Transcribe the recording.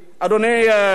אדוני,